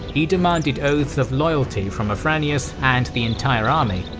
he demanded oaths of loyalty from afranius and the entire army,